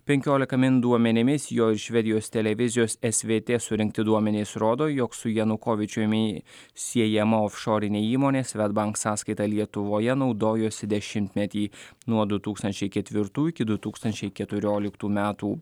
penkiolika min duomenimis jo ir švedijos televizijos es vė tė surinkti duomenys rodo jog su janukovyčiumi siejama ofšorinė įmonės svedbank sąskaita lietuvoje naudojosi dešimtmetį nuo du tūkstančiai ketvirtų iki du tūkstančiai keturioliktų metų